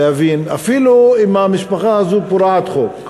אפילו אם המשפחה הזאת פורעת חוק,